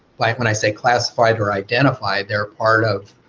like when i say classified or identified, they're part of